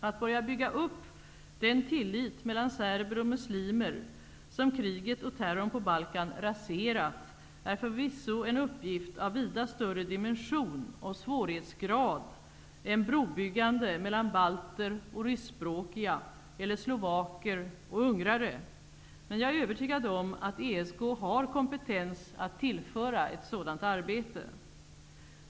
Att börja bygga upp den tillit mellan serber och muslimer som kriget och terrorn på Balkan raserat är förvisso en uppgift av vida större dimension och svårighetsgrad än brobyggande mellan balter och ryskspråkiga eller mellan slovaker och ungrare. Men jag är övertygad om att ESK har kompetens att tillföra ett sådant arbete.